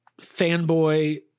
fanboy